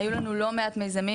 היו לנו לא מעט מיזמים,